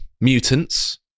mutants